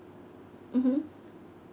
mmhmm